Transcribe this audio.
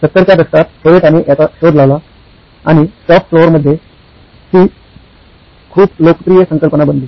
70 च्या दशकात टोयोटाने याचा शोध लावला आणि शॉप फ्लोअर मध्ये ही खूप लोकप्रिय संकल्पना बनली